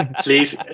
Please